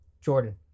Jordan